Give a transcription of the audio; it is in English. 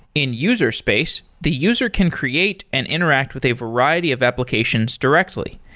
in user space, the user can create and interact with a variety of applications directly.